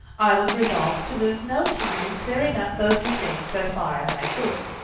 i was resolved to lose no time in clearing up those mistakes as far as i could.